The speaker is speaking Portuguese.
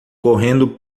correndo